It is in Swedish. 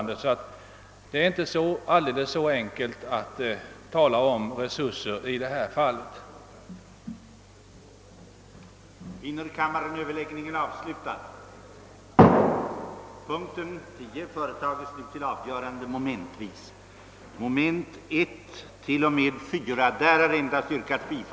Dessutom medför det nuvarande förhållandet en rad andra konsekvenser som inte här skall nämnas.